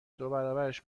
دوبرابرش